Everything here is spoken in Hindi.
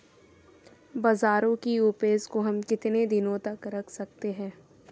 बाजरे की उपज को हम कितने दिनों तक रख सकते हैं?